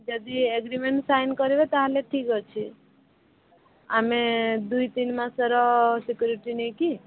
ଯଦି agreement sign କରିବେ ତା'ହେଲେ ଠିକ୍ ଅଛି ଆମେ ଦୁଇ ତିନ ମାସର ସିକ୍ୟୁରିଟି ନେଇକି